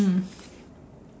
mm